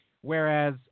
whereas